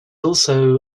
also